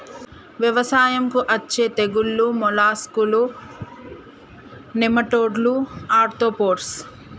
వ్యవసాయంకు అచ్చే తెగుల్లు మోలస్కులు, నెమటోడ్లు, ఆర్తోపోడ్స్